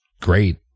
great